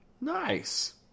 nice